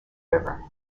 river